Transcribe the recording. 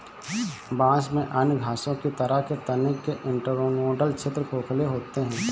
बांस में अन्य घासों की तरह के तने के इंटरनोडल क्षेत्र खोखले होते हैं